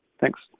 Thanks